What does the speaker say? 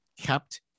kept